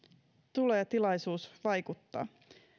tulee tilaisuus vaikuttaa